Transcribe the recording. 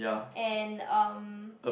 and um